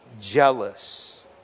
jealous